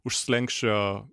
už slenksčio